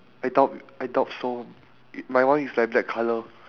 I doubt I doubt so my one is like black colour